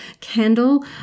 candle